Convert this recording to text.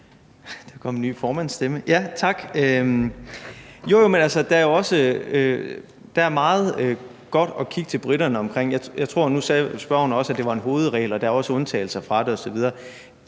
der er meget godt at kigge efter hos briterne. Nu sagde spørgeren også, at det var en hovedregel, og at der også er undtagelser fra det.